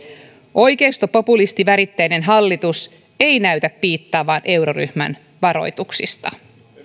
oikeistopopulistiväritteinen hallitus ei näytä piittaavan euroryhmän varoituksista